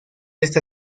está